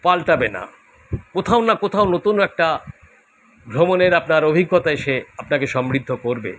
পাল্টাবে না কোথাও না কোথাও নতুন একটা ভ্রমণের আপনার অভিজ্ঞতায় সে আপনাকে সমৃদ্ধ করবে